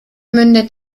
mündet